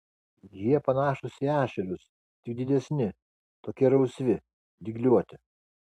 jie panašūs į ešerius tik didesni tokie rausvi dygliuoti